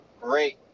great